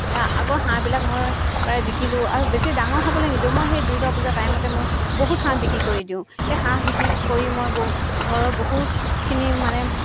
আগৰ হাঁহবিলাক মই প্ৰায় বিকিলোঁ আৰু বেছি ডাঙৰ হ'বলৈ নিদিওঁ মই সেই দুৰ্গা পূজা টাইমতে মই বহুত হাঁহ বিকি কৰি দিওঁ এই হাঁহ বিকি কৰি মই ব ঘৰৰ বহুতখিনি মানে